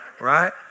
Right